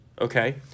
Okay